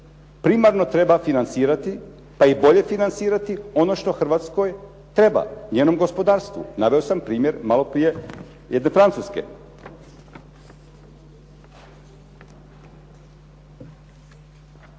Primarno treba financirati, pa i bolje financirati ono što Hrvatskoj treba, njenom gospodarstvu. Naveo sam primjer malo prije jedne Francuske.